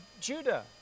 Judah